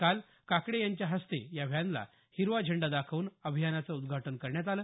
काल रविवारी काकडे यांच्या हस्ते या व्हॅनला हिरवा झेंडा दाखवून अभियानाचं उद्घाटन करण्यात आलं